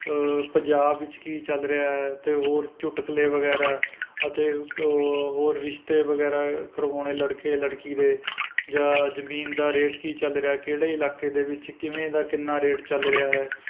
ਅ ਪੰਜਾਬ ਵਿੱਚ ਕੀ ਚੱਲ ਰਿਹਾ ਹੈ ਅਤੇ ਹੋਰ ਚੁਟਕਲੇ ਵਗੈਰਾ ਅਤੇ ਹੋਰ ਰਿਸ਼ਤੇ ਵਗੈਰਾ ਕਰਵਾਉਣੇ ਲੜਕੇ ਲੜਕੀ ਦੇ ਜਾਂ ਜ਼ਮੀਨ ਦਾ ਰੇਟ ਕੀ ਚੱਲ ਰਿਹਾ ਕਿਹੜੇ ਇਲਾਕੇ ਦੇ ਵਿੱਚ ਕਿਵੇਂ ਦਾ ਕਿੰਨੇ ਦਾ ਰੇਟ ਚੱਲ ਰਿਹਾ ਹੈ